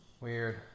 Weird